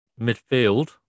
midfield